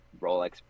Rolex